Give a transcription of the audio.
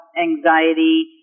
anxiety